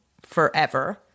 forever